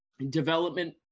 development